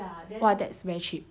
!wah! that is very cheap